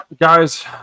Guys